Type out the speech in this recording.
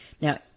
Now